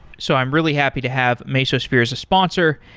so i'm really happy to have mesosphere as a sponsor,